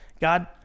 God